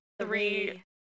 three